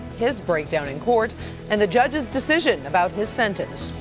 his breakdown in court and the judge's decision about his sentence.